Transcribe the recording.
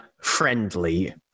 friendly